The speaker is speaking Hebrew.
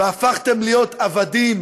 והפכתם להיות עבדים